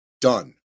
done